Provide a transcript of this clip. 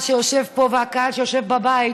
אתם לא יודעים מה הלשון אומרת והאוזן שומעת.